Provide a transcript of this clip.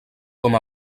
com